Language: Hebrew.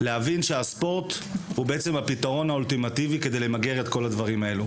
להבין שהספורט הוא הפתרון האולטימטיבי כדי למגר את כל הדברים הללו.